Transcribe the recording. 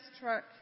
truck